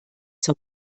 zur